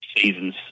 seasons